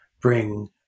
bring